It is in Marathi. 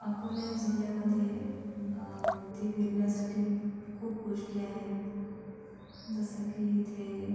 अकोल्या जिल्ह्यामध्ये इथे फिरण्यासाठी खूप गोष्टी आहेत जसं की इथे